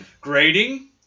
Grading